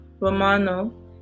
romano